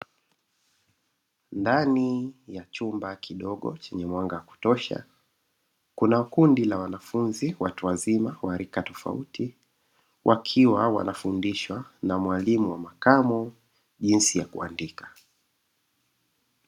Ndani ya chumba kidogo chenye mwanga wa kutosha, kuna kundi la wanafunzi watu wazima wa rika tofauti wakiwa, wanafundishwa na mwalimu wa makamo jinsi ya kuandika.